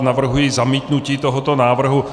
Navrhuji zamítnutí tohoto návrhu.